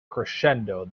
crescendo